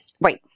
Right